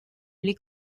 les